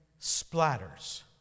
splatters